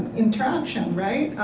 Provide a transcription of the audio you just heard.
interaction, right?